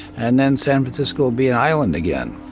and then san francisco will be an island again.